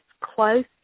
close